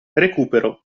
recupero